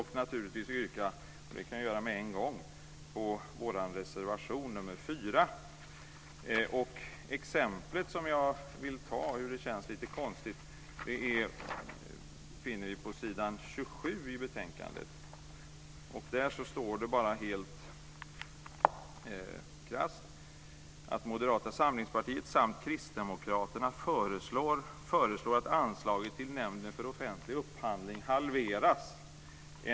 Jag ska bara yrka bifall till vår reservation nr 4. Dessutom vill jag ta exempel på varför detta känns lite konstigt. Det finner vi på s. 27 i betänkandet. Där står det helt krasst: "Moderata samlingspartiet samt Kristdemokraterna föreslår att anslaget till Nämnden för offentlig upphandlingen halveras.